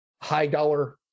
high-dollar